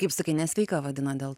kaip sakei nesveika vadina dėl